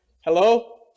Hello